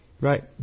Right